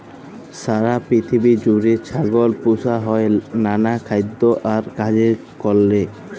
সারা পিথিবী জুইড়ে ছাগল পুসা হ্যয় লালা খাইদ্য আর কাজের কারলে